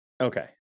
okay